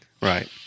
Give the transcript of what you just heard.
Right